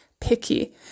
picky